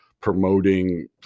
promoting